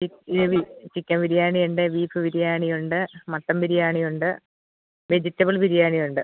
chicken B chicken biryani ഉണ്ട് beef biryani ഉണ്ട് mutton biryani ഉണ്ട് വെജിറ്റബിൾ ബിരിയാണി ഉണ്ട്